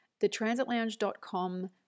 thetransitlounge.com